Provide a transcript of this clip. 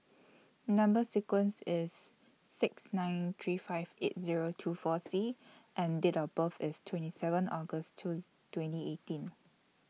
Number sequence IS six nine three five eight Zero two four C and Date of birth IS twenty seven August twos twenty eighteen